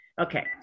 Okay